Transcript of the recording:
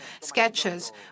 sketches